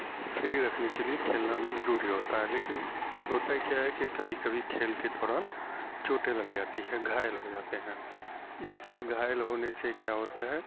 free رکھنے کے لیے کھیلنا بھی ضروری ہوتا ہے لیکن ہوتا کیا ہے کہ کبھی کبھی کھیل کے دوران چوٹیں لگ جاتی ہیں گھائل ہو جاتے ہیں اس سے گھائل ہونے سے کیا ہوتا ہے